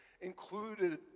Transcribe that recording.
included